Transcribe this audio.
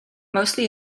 mostly